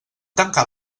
tancar